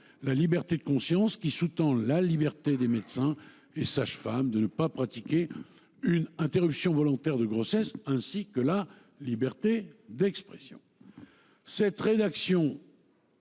un instant –« qui sous tend la liberté des médecins et sages femmes de ne pas pratiquer une interruption volontaire de grossesse ainsi que la liberté d’expression